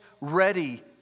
ready